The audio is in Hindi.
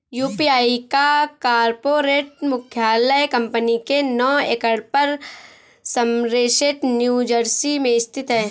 यू.पी.आई का कॉर्पोरेट मुख्यालय कंपनी के नौ एकड़ पर समरसेट न्यू जर्सी में स्थित है